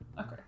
Okay